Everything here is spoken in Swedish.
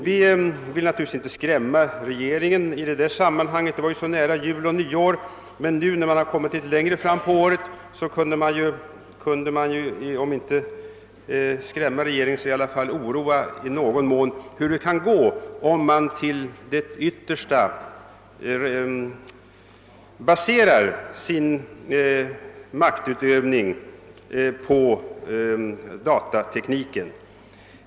Vi ville då inte skrämma regeringen — det var ju så kort efter jul och nyår — men så här litet längre fram på året kunde man kanske om inte skrämma regeringen så i varje fall oroa den genom att påvisa hur det kan gå om maktutövningen till det yttersta baseras på datatekniken.